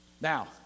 Now